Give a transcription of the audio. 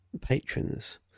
patrons